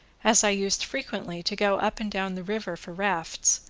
as i used frequently to go up and down the river for rafts,